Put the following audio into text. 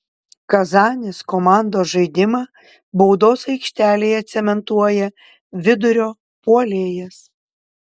kazanės komandos žaidimą baudos aikštelėje cementuoja vidurio puolėjas